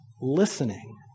listening